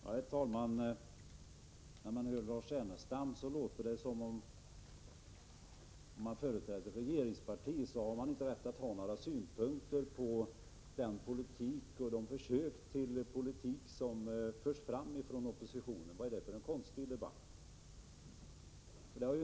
Herr talman! När man hör Lars Ernestam låter det som om man anser att man, ifall man företräder ett regeringsparti, inte har rätt att anlägga några synpunkter på de försök att föra politik som oppositionen gör. Vad är det för en konstig argumentation?